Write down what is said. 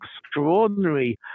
extraordinary